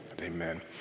amen